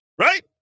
right